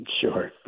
Sure